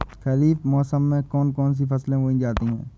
खरीफ मौसम में कौन कौन सी फसलें बोई जाती हैं?